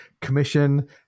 Commission